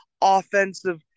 offensive